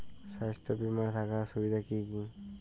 স্বাস্থ্য বিমা থাকার সুবিধা কী কী?